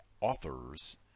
authors